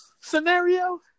scenario